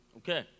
Okay